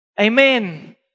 Amen